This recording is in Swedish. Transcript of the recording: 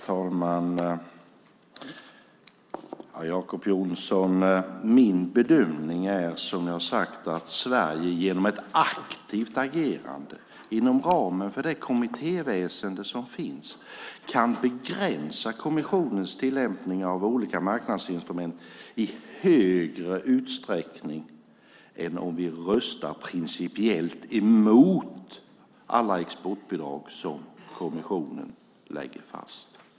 Herr talman! Som jag har sagt, Jacob Johnson, är det min bedömning att Sverige genom ett aktivt agerande inom ramen för det kommittéväsen som finns kan begränsa kommissionens tillämpning av olika marknadsinstrument i högre utsträckning än om vi röstar principiellt emot alla exportbidrag som kommissionen lägger fast.